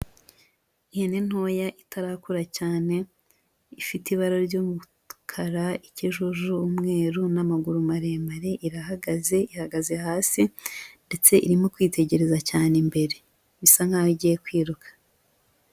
Ihene ntoya itarakura cyane ifite ibara ry'umukara, ikijuju, umwe n'amaguru maremare, irahagaze, ihagaze hasi ndetse irimo kwitegereza cyane imbere bisa nkaho igiye kwiruka.